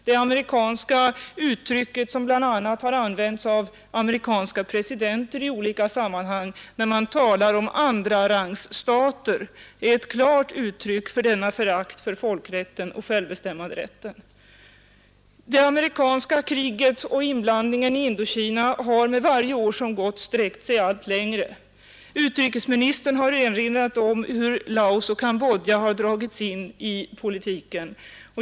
Det uttryck som använts av amerikanska presidenter i olika sammanhang när man talar om ”andrarangsstater” är ett klart uttryck för detta förakt för folkrätt och självbestämmanderätt. Det amerikanska kriget och inblandningen i Indokina har med varje år som gått sträckt sig allt längre. Utrikes ministern har erinrat om hur Laos och Cambodja dragits in i politiken.